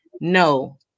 No